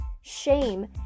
shame